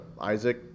Isaac